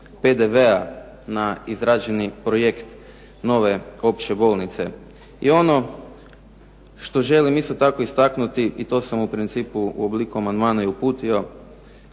PDV-a na izrađeni projekt nove opće bolnice. I ono što isto tako želim istaknuti i to sam u principu u obliku amandmana uputio,